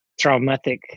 traumatic